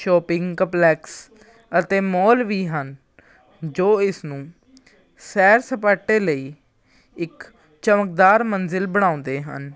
shopping complex ਅਤੇ mall ਵੀ ਹਨ ਜੋ ਇਸ ਨੂੰ ਸੈਰ ਸਪਾਟੇ ਲਈ ਇੱਕ ਚਮਕਦਾਰ ਮੰਜ਼ਿਲ ਬਣਾਉਂਦੇ ਹਨ